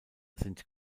sind